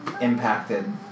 impacted